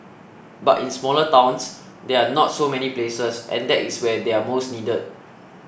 but in smaller towns there are not so many places and that is where they are most needed